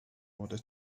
order